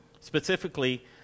Specifically